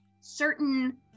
certain